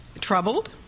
troubled